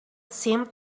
seemed